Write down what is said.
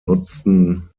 nutzten